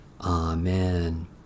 Amen